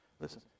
Listen